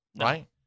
right